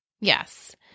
Yes